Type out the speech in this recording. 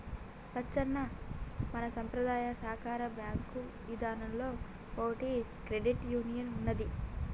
లచ్చన్న మన సంపద్రాయ సాకార బాంకు ఇదానంలో ఓటి క్రెడిట్ యూనియన్ ఉన్నదీ